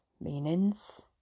meanings